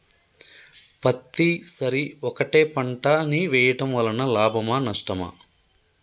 పత్తి సరి ఒకటే పంట ని వేయడం వలన లాభమా నష్టమా?